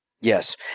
Yes